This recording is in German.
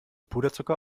puderzucker